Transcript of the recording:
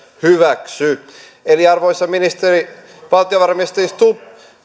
hyväksy arvoisa valtiovarainministeri stubb